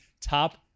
top